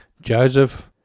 Joseph